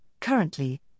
currently